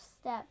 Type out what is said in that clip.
step